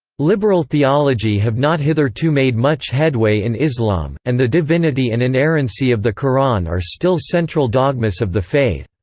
liberal theology have not hitherto made much headway in islam, and the divinity and inerrancy of the quran are still central dogmas of the faith.